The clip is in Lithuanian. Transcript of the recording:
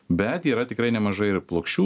bet yra tikrai nemažai ir plokščių